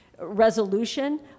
resolution